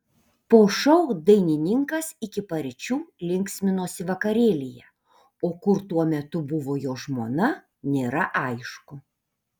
po šou dainininkas iki paryčių linksminosi vakarėlyje o kur tuo metu buvo jo žmona nėra aišku